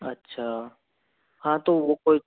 अच्छा हाँ तो वो कोई